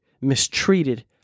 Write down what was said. mistreated